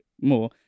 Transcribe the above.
more